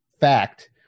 fact